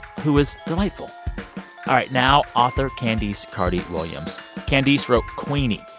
who is delightful. all right. now, author candice carty-williams. candice wrote queenie.